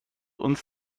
uns